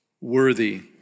worthy